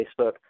Facebook